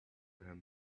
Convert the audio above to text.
him